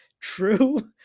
true